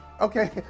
Okay